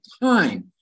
time